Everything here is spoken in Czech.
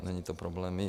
Není to problém.